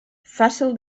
fàcil